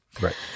Right